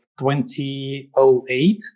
2008